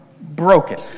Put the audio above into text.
broken